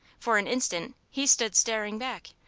for an instant, he stood staring back,